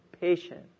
patient